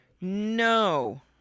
no